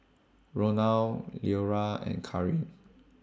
Ronal Leora and Karin